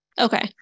Okay